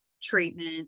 treatment